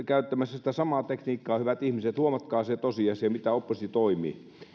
käyttämässä sitä samaa tekniikkaa hyvät ihmiset huomatkaa se tosiasia miten oppositio toimii